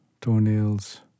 toenails